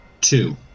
two